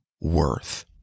worth